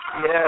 Yes